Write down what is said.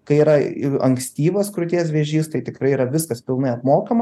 kai yra ir ankstyvas krūties vėžys tai tikrai yra viskas pilnai apmokama